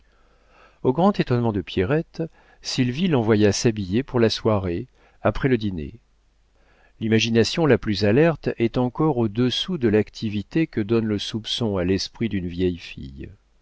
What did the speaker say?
au grand étonnement de pierrette sylvie l'envoya s'habiller pour la soirée après le dîner l'imagination la plus alerte est encore au-dessous de l'activité que donne le soupçon à l'esprit d'une vieille fille